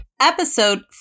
Episode